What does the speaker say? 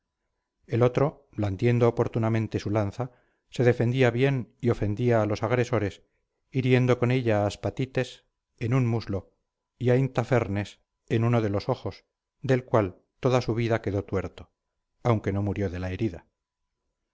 el otro blandiendo oportunamente su lanza se defendía bien y ofendía a los agresores hiriendo con ella a aspatites en un muslo y a intafernes en uno de los ojos del cual toda su vida quedó tuerto aunque no murió de la herida